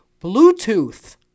Bluetooth